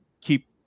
keep